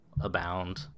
abound